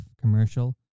commercial